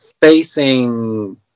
facing